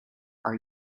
are